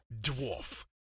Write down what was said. dwarf